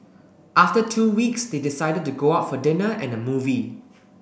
after two weeks they decided to go out for dinner and a movie